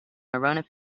monona